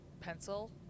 pencil